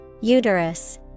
Uterus